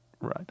Right